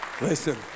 Listen